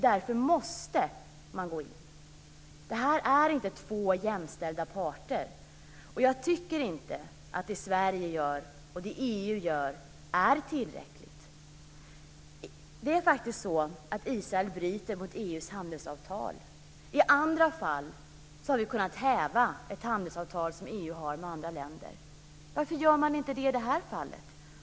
Därför måste man gå in. Det här är inte två jämställda parter, och jag tycker inte att det Sverige gör och det EU gör är tillräckligt. Det är faktiskt så att Israel bryter mot EU:s handelsavtal. I andra fall har vi kunnat häva ett handelsavtal mellan EU och något annat land. Varför gör man inte det i det här fallet?